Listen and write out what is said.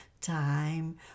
time